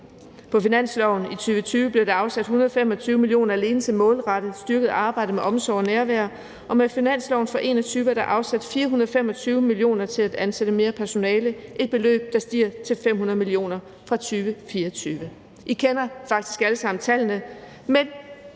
På finansloven for 2020 blev der afsat 125 mio. kr., som alene er målrettet til at styrke arbejdet med omsorg og nærvær, og med finansloven for 2021 blev der afsat 425 mio. kr. til at ansætte mere personale; et beløb, der stiger til 500 mio. kr. fra 2024. I kender faktisk alle sammen tallene,